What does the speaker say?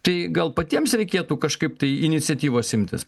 tai gal patiems reikėtų kažkaip tai iniciatyvos imtis